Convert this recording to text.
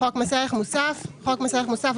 "חוק מס ערך מוסף" חוק מס ערך מוסף,